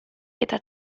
eta